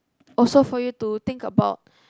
also for you to think about